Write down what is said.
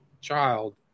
child